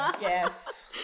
yes